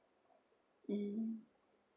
mm